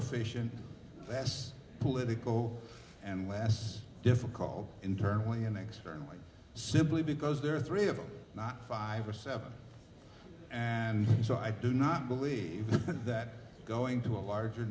efficient less politico and less difficult internally and externally simply because there are three of them not five or seven and so i do not believe that going to a larger